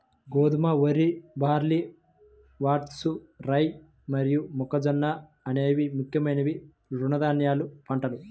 గోధుమ, వరి, barley, oats, rye మరియు మొక్కజొన్న అనేవి ముఖ్యమైన తృణధాన్యాల పంటలు